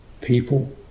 people